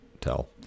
tell